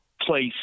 place